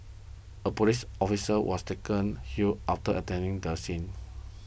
a police officer was taken hill after attending the scene